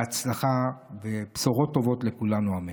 בהצלחה ובשורות טובות לכולנו, אמן.